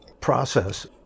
process